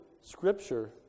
scripture